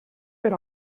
per